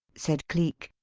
said cleek,